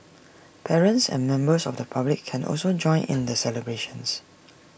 parents and members of the public can also join in the celebrations